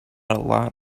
lot